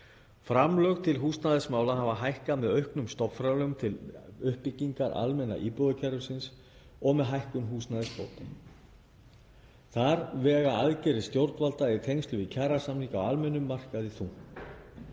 Framlög til húsnæðismála hafa hækkað með auknum stofnframlögum til uppbyggingar almenna íbúðakerfisins og með hækkun húsnæðisbóta. Þar vega aðgerðir stjórnvalda í tengslum við kjarasamninga á almennum markaði þungt.